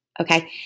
Okay